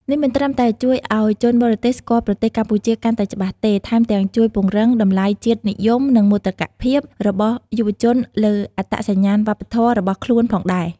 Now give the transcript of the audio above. នេះមិនត្រឹមតែជួយឱ្យជនបរទេសស្គាល់ប្រទេសកម្ពុជាកាន់តែច្បាស់ទេ ថែមទាំងជួយពង្រឹង តម្លៃជាតិនិយម និងមោទកភាពរបស់យុវជនលើអត្តសញ្ញាណវប្បធម៌របស់ខ្លួនផងដែរ។